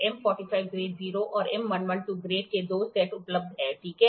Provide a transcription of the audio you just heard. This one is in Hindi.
M 45 ग्रेड 0 और M 112 ग्रेड के 2 सेट उपलब्ध हैं ठीक है